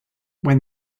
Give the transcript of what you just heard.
when